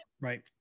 Right